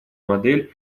модель